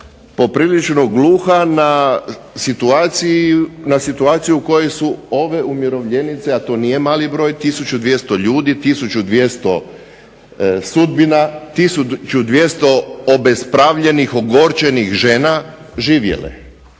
poprilično gluha na situaciju u kojoj su ove umirovljenice, a to nije mali broj, 1200 ljudi, 1200 sudbina, 1200 obespravljenih, ogorčenih žena živjele.